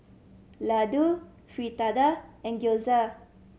Ladoo Fritada and Gyoza